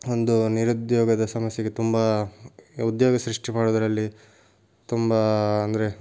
ಒಂದು ನಿರುದ್ಯೋಗದ ಸಮಸ್ಯೆಗೆ ತುಂಬ ಉದ್ಯೋಗ ಸೃಷ್ಟಿ ಮಾಡುದ್ರಲ್ಲಿ ತುಂಬ ಅಂದರೆ